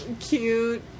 cute